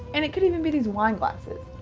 and it could even be these wine glasses.